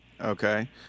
Okay